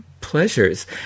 pleasures